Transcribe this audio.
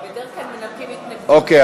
אוקיי.